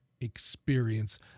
experience